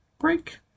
break